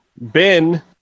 Ben